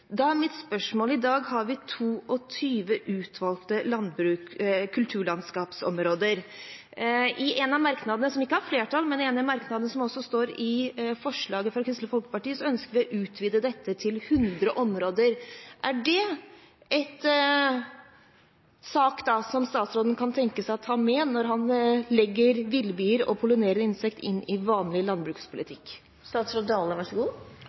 Da er mitt spørsmål: I dag har vi 22 utvalgte kulturlandskapsområder. I en av merknadene, som ikke har flertall, men som også står i representantforslaget fra Kristelig Folkeparti, ønsker vi å utvide dette til 100 områder. Er det en sak som statsråden kan tenke seg å ta med når han legger villbier og pollinerende insekter inn i vanlig